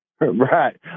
Right